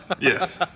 yes